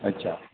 अच्छा